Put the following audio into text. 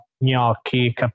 gnocchi